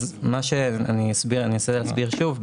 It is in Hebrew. אני אנסה להסביר שוב.